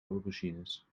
aubergines